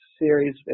series